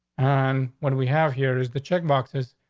and what we have here is the check boxes.